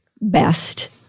best